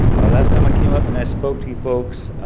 last time i came up and i spoke to you folks,